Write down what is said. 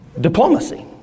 Diplomacy